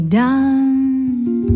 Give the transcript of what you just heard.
done